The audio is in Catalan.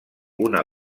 una